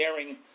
airing